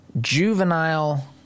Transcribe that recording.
juvenile